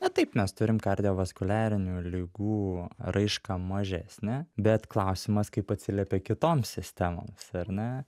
na taip mes turim kardiovaskuliarinių ligų raišką mažesnę bet klausimas kaip atsiliepia kitoms sistemoms ar ne